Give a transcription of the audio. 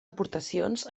aportacions